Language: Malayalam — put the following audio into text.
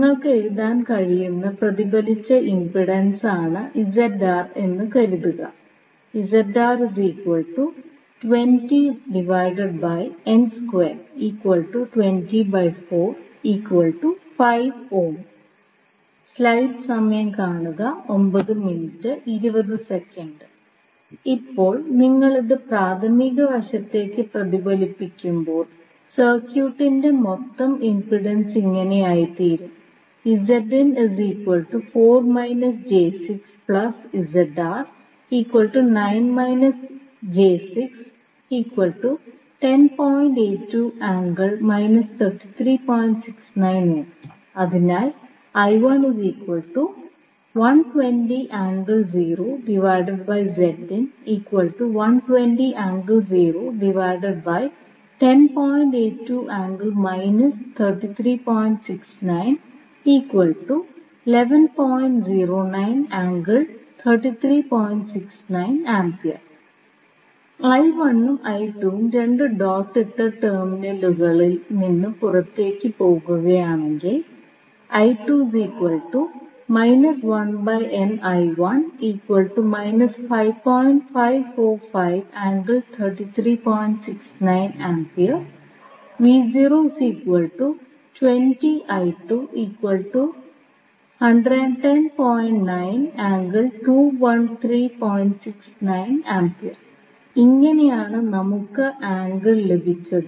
നിങ്ങൾക്ക് എഴുതാൻ കഴിയുന്ന പ്രതിഫലിച്ച ഇംപെൻഡൻസാണ് എന്ന് കരുതുക ഇപ്പോൾ നിങ്ങൾ ഇത് പ്രാഥമിക വശത്തേക്ക് പ്രതിഫലിപ്പിക്കുമ്പോൾ സർക്യൂട്ടിന്റെ മൊത്തം ഇംപെൻഡൻസ് ഇങ്ങനെ ആയിത്തീരും അതിനാൽ ഉം രണ്ടും ഡോട്ട് ഇട്ട ടെർമിനലുകൾ നിന്ന് പുറത്തേക്ക് പോകുകയാണെങ്കിൽ ഇങ്ങനെയാണ് നമുക്ക് ആംഗിൾ ലഭിച്ചത്